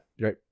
right